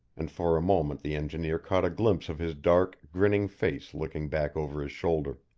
and for a moment the engineer caught a glimpse of his dark, grinning face looking back over his shoulder.